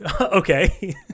Okay